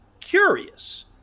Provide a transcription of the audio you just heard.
curious